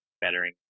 bettering